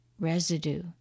residue